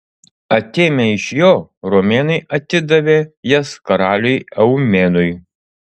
atėmę iš jo romėnai atidavė jas karaliui eumenui